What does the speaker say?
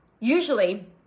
usually